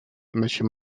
monsieur